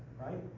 right